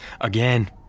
again